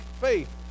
faith